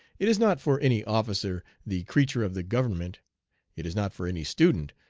it is not for any officer, the creature of the government it is not for any student,